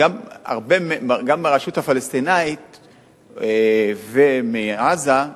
שגם ברשות הפלסטינית ובעזה,